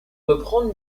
reprendre